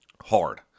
Hard